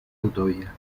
autovía